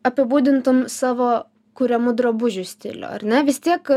apibūdintum savo kuriamų drabužių stilių ar ne vis tiek